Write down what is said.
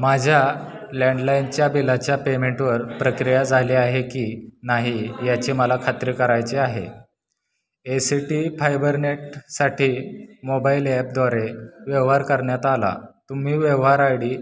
माझ्या लँडलाईनच्या बिलाच्या पेमेंटवर प्रक्रिया झाली आहे की नाही याची मला खात्री करायची आहे ए सी टी फायबरनेटसाठी मोबाईल ॲपद्वारे व्यवहार करण्यात आला तुम्ही व्यवहार आय डी